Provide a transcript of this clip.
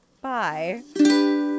Bye